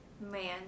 Man